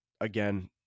again